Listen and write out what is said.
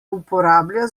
uporablja